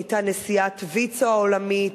היא היתה נשיאת ויצו העולמית,